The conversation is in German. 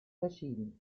verschieden